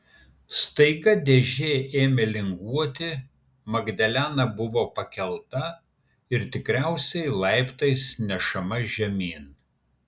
staiga dėžė ėmė linguoti magdalena buvo pakelta ir tikriausiai laiptais nešama žemyn